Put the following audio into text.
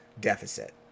deficit